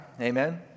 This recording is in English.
Amen